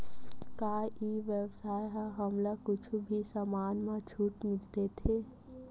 का ई व्यवसाय ह हमला कुछु भी समान मा छुट देथे?